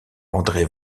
andré